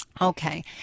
Okay